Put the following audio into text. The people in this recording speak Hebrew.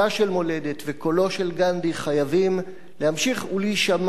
של גנדי חייבים להמשיך ולהישמע בכנסת הזאת,